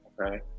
okay